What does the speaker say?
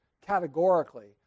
categorically